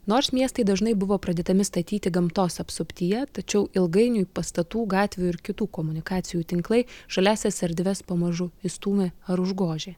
nors miestai dažnai buvo pradedami statyti gamtos apsuptyje tačiau ilgainiui pastatų gatvių ir kitų komunikacijų tinklai žaliąsias erdves pamažu išstūmė ar užgožė